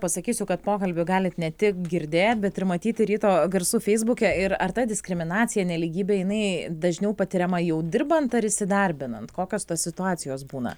pasakysiu kad pokalbių galit ne tik girdėt bet ir matyti ryto garsų feisbuke ir ar ta diskriminacija nelygybė jinai dažniau patiriama jau dirbant ar įsidarbinant kokios tos situacijos būna